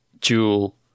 jewel